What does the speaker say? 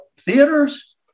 theaters